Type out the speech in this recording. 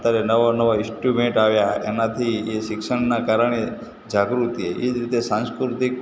અત્યારે નવાં નવાં ઇસ્ટ્રુમેન્ટ આવ્યાં એનાથી એ શિક્ષણનાં કારણે જાગૃતિ આવી એ જ રીતે સાંસ્કૃતિક